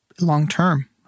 long-term